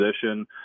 position